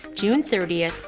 june thirtieth,